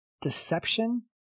deception